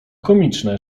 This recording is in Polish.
komiczne